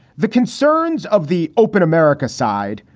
the concerns of the open america side,